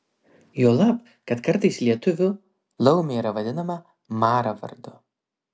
juolab kad kartais lietuvių laumė yra vadinama mara vardu